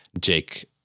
Jake